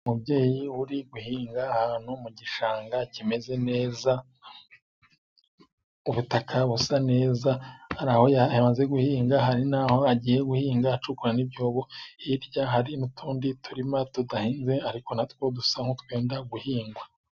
Umubyeyi uri guhinga ahantu mu gishanga kimeze neza, ubutaka busa neza, hari aho ya amaze guhinga, hari naho agiye guhinga, acukuramo n'ibyobo, hirya hari n'utundi turima tudahinze, ariko natwo dusa n'utwenda guhingwa.